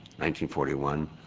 1941